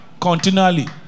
continually